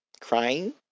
crying